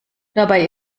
dabei